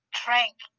drink